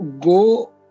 go